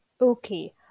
Okay